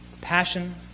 Passion